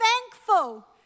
thankful